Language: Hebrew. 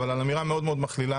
אבל על אמירה מאוד מאוד מכלילה,